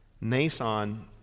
Nason